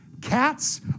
Cats